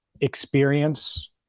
experience